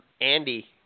Andy